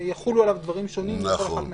יחולו עליו דברים שונים בכל אחת מהערכאות.